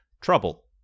Trouble